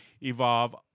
evolve